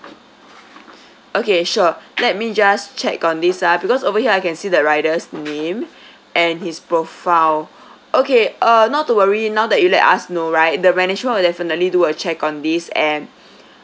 okay sure let me just check on this ah because over here I can see the rider's name and his profile okay uh not to worry now that you let us know right the management will definitely do a check on this and